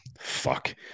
fuck